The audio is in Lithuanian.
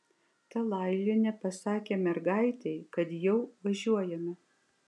talailienė pasakė mergaitei kad jau važiuojame